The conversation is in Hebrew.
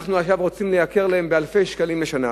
ואנחנו עכשיו רוצים לייקר להם באלפי שקלים לשנה.